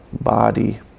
body